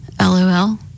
LOL